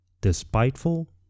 despiteful